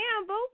Campbell